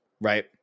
right